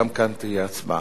גם כאן תהיה הצבעה.